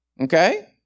Okay